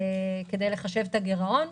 כדי לחשב את הגירעון,